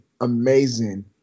amazing